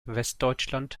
westdeutschland